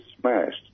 smashed